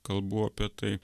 kalbų apie tai